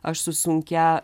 aš su sunkia